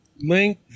link